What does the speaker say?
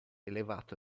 elevato